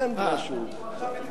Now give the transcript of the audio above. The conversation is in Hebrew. התחיל להתחמם.